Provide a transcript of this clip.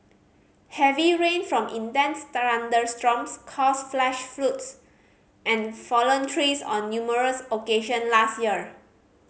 heavy rain from intense thunderstorms caused flash and fallen trees on numerous occasion last year